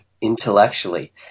intellectually